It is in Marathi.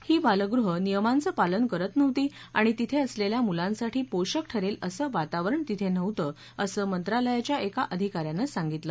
ही बालगृह नियमांच पालन करत नव्हती आणि तिथे असलेल्या मुलांसाठी पोषक ठरेल असं वातावरण तिथे नव्हतं असं मंत्रालयाच्या एका अधिका याने सांगितलं